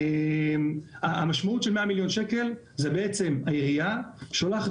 המשמעות של הסכום הזה היא שהעירייה שולחת